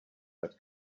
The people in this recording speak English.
that